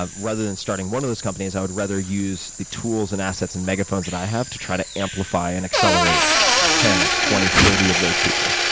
ah rather than starting one of those companies, i would rather use the tools and assets and mega funds that i have to try to amplify and accelerate ten, twenty, or thirty of those people.